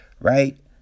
right